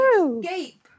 escape